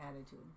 attitude